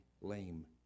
lame